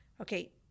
okay